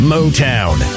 Motown